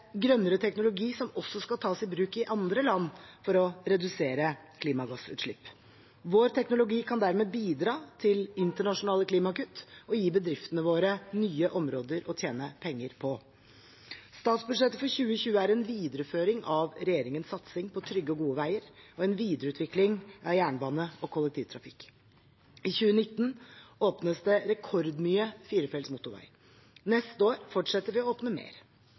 grønnere teknologi som også skal tas i bruk i andre land for å redusere klimagassutslipp. Vår teknologi kan dermed bidra til internasjonale klimakutt og gi bedriftene våre nye områder å tjene penger på. Statsbudsjettet for 2020 er en videreføring av regjeringens satsing på trygge og gode veier og en videreutvikling av jernbane og kollektivtrafikk. I 2019 åpnes det rekordmye firefelts motorvei. Neste år fortsetter vi å åpne mer.